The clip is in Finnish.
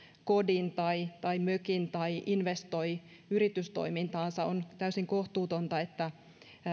kodin tai tai mökin tai investoi yritystoimintaansa on täysin kohtuutonta että